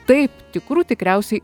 taip tikrų tikriausiai